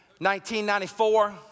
1994